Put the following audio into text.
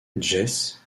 jesse